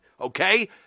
okay